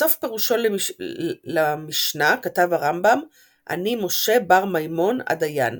בסוף פירושו למשנה כתב הרמב"ם ”אני משה בר מימון הדיין.